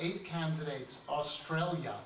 eight candidates australia